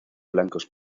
blancos